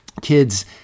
kids